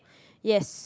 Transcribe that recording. yes